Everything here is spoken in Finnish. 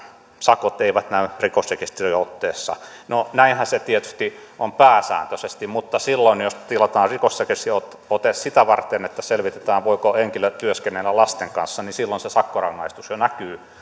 sakot eivät näy rikosrekisteriotteessa no näinhän se tietysti on pääsääntöisesti mutta silloin jos tilataan rikosrekisteriote sitä varten että selvitetään voiko henkilö työskennellä lasten kanssa niin se sakkorangaistus jo näkyy